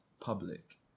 public